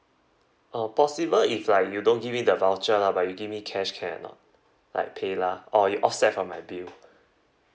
oh possible if like you don't give me the voucher lah but you give me cash can or not like paylah or you offset from my bill